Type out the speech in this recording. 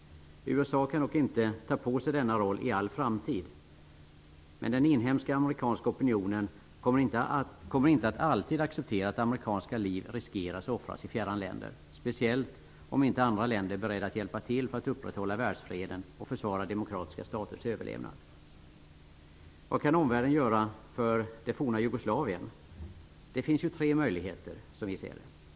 USA kan dock inte ha denna roll i all framtid. Den inhemska amerikanska opinionen kommer inte att alltid acceptera att amerikanska liv riskeras och offras i fjärran länder, speciellt om inte andra länder är beredda att hjälpa till för att upprätthålla världsfreden och försvara demokratiska staters överlevnad. Det finns tre möjligheter som vi ser det.